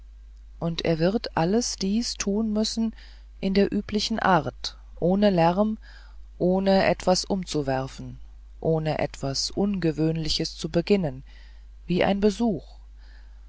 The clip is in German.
und er wird dies alles tun müssen in der üblichen art ohne lärm ohne etwas umzuwerfen ohne etwas ungewöhnliches zu beginnen wie ein besuch